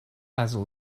basil